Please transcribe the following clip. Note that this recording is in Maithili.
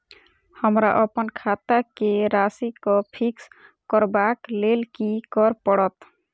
हमरा अप्पन खाता केँ राशि कऽ फिक्स करबाक लेल की करऽ पड़त?